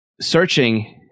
searching